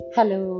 Hello